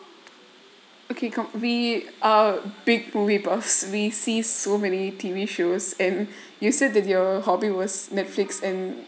okay can we are big movie buffs we see so many T_V shows and you said that your hobby was netflix and